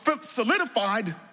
solidified